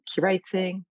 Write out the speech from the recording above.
curating